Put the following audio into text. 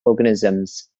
organisms